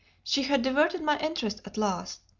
she had diverted my interest at last.